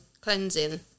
cleansing